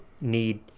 need